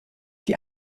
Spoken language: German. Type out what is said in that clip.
die